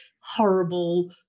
horrible